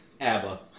ABBA